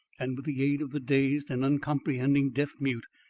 and with the aid of the dazed and uncomprehending deaf-mute,